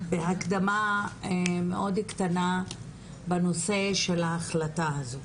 בהקדמה בנושא של ההחלטה הזו.